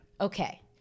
Okay